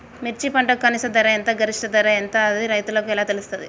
మిర్చి పంటకు కనీస ధర ఎంత గరిష్టంగా ధర ఎంత అది రైతులకు ఎలా తెలుస్తది?